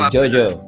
JoJo